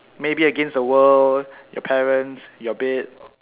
maybe against the world your parents your bed